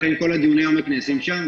לכן כל דיוני העומק נעשים שם.